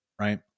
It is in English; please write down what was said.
Right